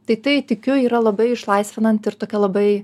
tai tai tikiu yra labai išlaisvinanti ir tokia labai